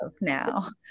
now